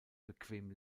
bequem